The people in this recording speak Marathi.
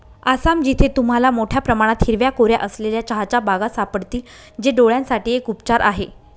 आसाम, जिथे तुम्हाला मोठया प्रमाणात हिरव्या कोऱ्या असलेल्या चहाच्या बागा सापडतील, जे डोळयांसाठी एक उपचार आहे